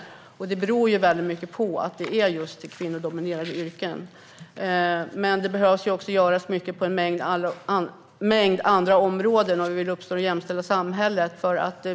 Att lönerna är låga beror till stor del på att yrkena är just kvinnodominerade. Men om vi vill uppnå ett jämställt samhälle behöver det göras mycket, också inom en mängd andra områden.